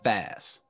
Fast